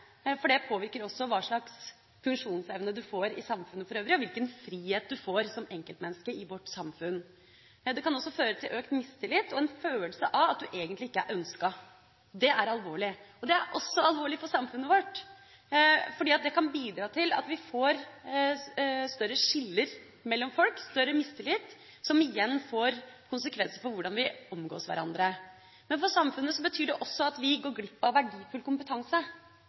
for det påvirker hva slags funksjonsevne du får i samfunnet for øvrig, og hvilken frihet du får som enkeltmenneske i vårt samfunn. Det kan også føre til økt mistillit og en følelse av at du egentlig ikke er ønsket. Det er alvorlig. Det er også alvorlig for samfunnet vårt, for det kan bidra til at vi får større skiller mellom folk – større mistillit – som igjen får konsekvenser for hvordan vi omgås hverandre. Men for samfunnet betyr det at vi går glipp av verdifull kompetanse.